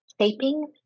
shaping